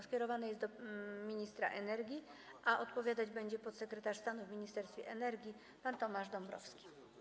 Skierowane jest ono do ministra energii, a odpowiadać będzie podsekretarz stanu w Ministerstwie Energii pan Tomasz Dąbrowski.